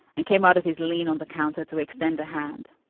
and came out of his lean on the counter to extend a hand.